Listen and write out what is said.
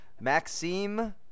Maxime